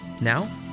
Now